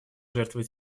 жертвой